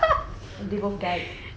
of what oh my god